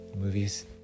movies